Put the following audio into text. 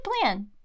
plan